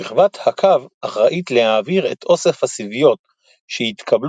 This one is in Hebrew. שכבת הקו אחראית להעביר את אוסף הסיביות שהתקבלו